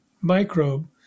microbe